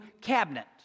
cabinet